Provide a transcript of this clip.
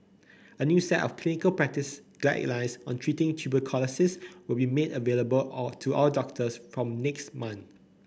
a new set of clinical practice guidelines on treating tuberculosis will be made available all to all doctors from next month